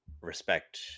respect